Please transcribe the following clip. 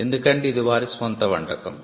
ఎందుకంటే ఇది వారి స్వంత వంటకం